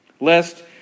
Lest